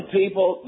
people